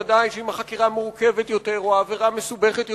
החקירה מורכבת יותר או העבירה מסובכת יותר,